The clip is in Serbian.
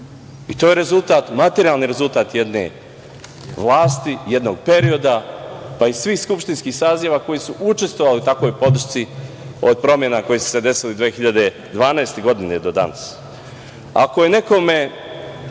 To je rezultat, materijalni rezultat jedne vlasti, jednog perioda, pa, i svih skupštinskih saziva koji su učestvovali u takvoj podršci od promena koje se su se desile 2012. godine do danas. Ako je nekome